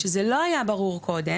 שזה לא היה ברור קודם.